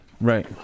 right